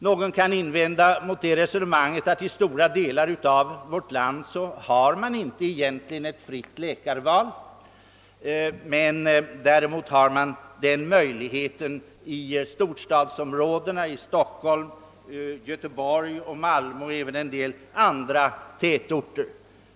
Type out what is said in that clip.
Någon kan invända mot det resonemanget att man i stora delar av vårt land egentligen inte har något fritt läkarval medan ett sådant föreligger i storstadsområdena — i Stockholm, Göteborg och Malmö liksom även i vissa andra tätorter.